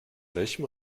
welchem